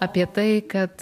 apie tai kad